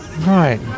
Right